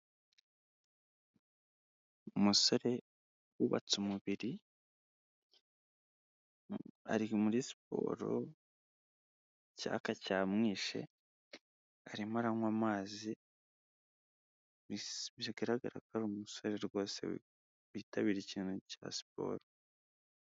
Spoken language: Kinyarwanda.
Umusore wubatse umubiri, ari muri siporo, icyaka cyamwishe, arimo aranywa amazi, bigaragara ko ari umusore rwose witabira ikintu cya siporo.